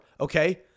okay